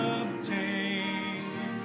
obtain